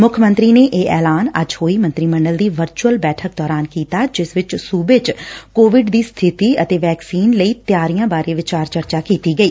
ਮੁੱਖ ਮੰਤਰੀ ਨੇ ਇਹ ਐਲਾਨ ਅੱਜ ਹੋਈ ਮੰਤਰੀ ਮੰਡਲ ਦੀ ਵਰਚੂਅਲ ਬੈਠਕ ਦੌਰਾਨ ਕੀਤੀ ਜਿਸ ਚ ਸੂਬੇ ਵਿਚ ਕੋਵਿਡ ਦੀ ਸਥਿਤੀ ਅਤੇ ਵੈਕਸੀਨ ਲਈ ਤਿਆਰੀਆਂ ਬਾਰੇ ਵਿਚਾਰ ਚਰਚਾ ਕੀਤੀ ਗਈ